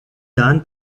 done